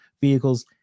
vehicles